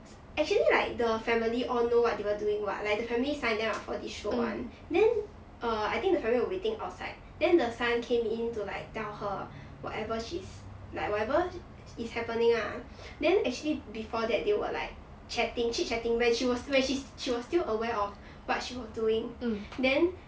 actually like the family all know what they were doing [what] like the family signed up for this show [one] then err I think the family were waiting outside then the son came in to like tell her whatever she's like whatever is happening ah then actually before that they were like chatting chit-chatting when she was when she was still aware of what she was doing then